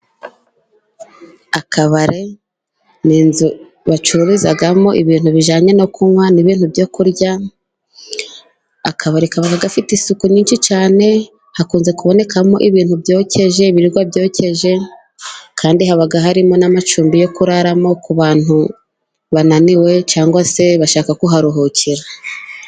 Akabari ni inzu bacururizamo ibintu bijyanye no kunywa ni ibintu byo kurya, akabari kaba gafite isuku nyinshi cyane hakunze kubonekamo ibintu byokeje, ibiribwa byokeje kandi haba harimo n'amacumbi, yo kuraramo ku bantu bananiwe cyangwa se bashaka kuharuhukira.